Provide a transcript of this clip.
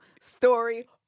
story